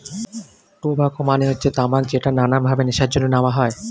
tobacco মানে হচ্ছে তামাক যেটা নানান ভাবে নেশার জন্য নেওয়া হয়